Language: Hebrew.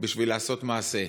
בשביל לעשות מעשה.